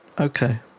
okay